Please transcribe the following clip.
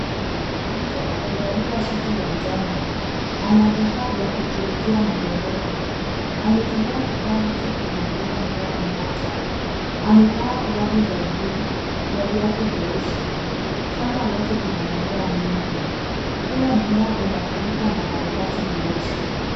Mtu amevalia suti ya njano ana vifaa vya kupulizia mgongoni. Ametumia kifaa hicho kumwagilia mmea mmoja, amevaa glavu za bluu na viatu vyeusi. Shamba lote lina mimea mingi. Kila mmea unafunikwa na karatasi nyeusi.